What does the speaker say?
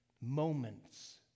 moments